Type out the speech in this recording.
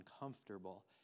uncomfortable